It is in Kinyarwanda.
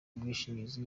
bwishingizi